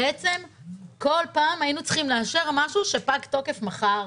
בעצם כל פעם היינו צריכים לאשר משהו שפג תוקף מחר,